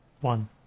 one